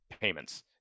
payments